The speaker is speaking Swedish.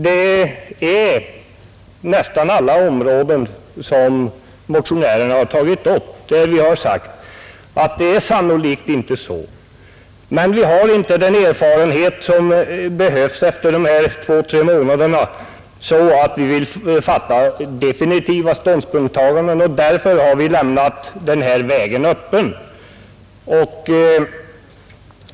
I fråga om nästan alla områden som motionärerna tagit upp har vi sagt att det sannolikt inte blir justeringar. Men vi har inte efter de här två, tre månaderna en sådan erfarenhet att vi vill ta definitiv ställning, och därför har vi lämnat denna väg öppen.